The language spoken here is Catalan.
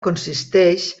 consisteix